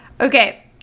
okay